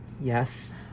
Yes